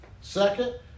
Second